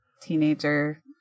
teenager